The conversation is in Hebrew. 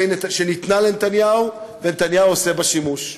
שניתנה לנתניהו, ונתניהו עושה בה שימוש.